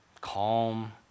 calm